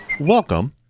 Welcome